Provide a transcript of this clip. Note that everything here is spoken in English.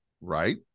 right